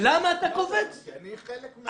כי אני חלק.